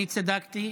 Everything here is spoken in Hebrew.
אני צדקתי.